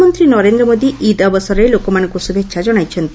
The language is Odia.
ପ୍ରଧାନମନ୍ତ୍ରୀ ନରେନ୍ଦ୍ର ମୋଦି ଇଦ୍ ଅବସରରେ ଲୋକମାନଙ୍କୁ ଶୁଭେଛା ଜଣାଇଛନ୍ତି